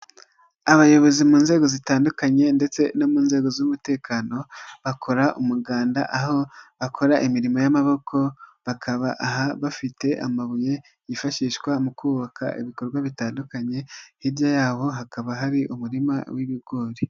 Abayobozi mu nzego zitandukanye ndetse no mu nzego z'umutekano, bakora umuganda aho akora imirimo y'amaboko, bakaba bafite amabuye yifashishwa mu kubaka ibikorwa bitandukanye, hirya yabo hakaba hari umurima w'ibigori.